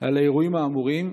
על האירועים האמורים?